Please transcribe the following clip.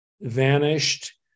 vanished